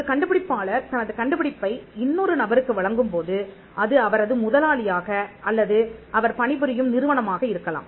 ஒரு கண்டுபிடிப்பாளர் தனது கண்டுபிடிப்பை இன்னொரு நபருக்கு வழங்கும்போது அது அவரது முதலாளியாக அல்லது அவர் பணிபுரியும் நிறுவனமாக இருக்கலாம்